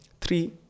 Three